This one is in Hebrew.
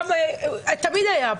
תמיד היה,